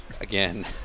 Again